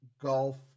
golf